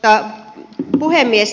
arvoisa puhemies